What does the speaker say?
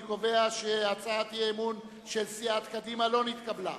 אני קובע שהצעת האי-אמון של סיעת קדימה לא נתקבלה.